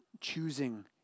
choosing